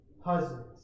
Husbands